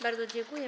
Bardzo dziękuję.